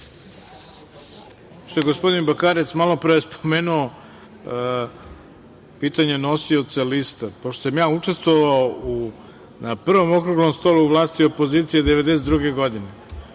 je gospodin Bakarec malopre spomenuo pitanje nosioca lista, pošto sam ja učestvovao na prvom okruglom stolu vlasti i opozicije 1992. godine,